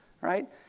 right